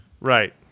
Right